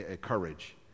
courage